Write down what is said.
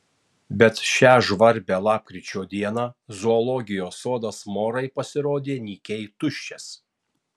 bet šią žvarbią lapkričio dieną zoologijos sodas morai pasirodė nykiai tuščias